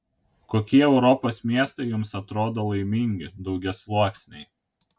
kokie europos miestai jums atrodo laimingi daugiasluoksniai